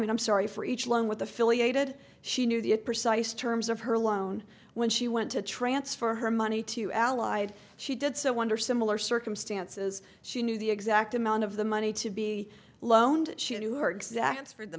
mean i'm sorry for each loan with affiliated she knew the precise terms of her loan when she went to transfer her money to allied she did so under similar circumstances she knew the exact amount of the money to be loaned she knew her exact for the